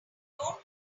what